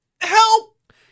Help